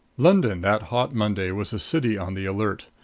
london that hot monday was a city on the alert,